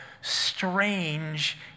strange